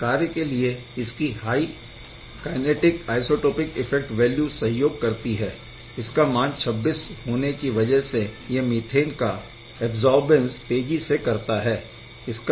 इस कार्य के लिए इसकी high kinetic isotopic effect value सहयोग करती है इसका मान 26 होने की वजह से यह मीथेन का ऐबज़ौरबेन्स तेज़ी से करता है